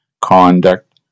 conduct